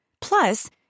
Plus